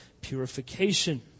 purification